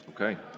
Okay